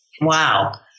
Wow